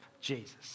Jesus